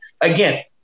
again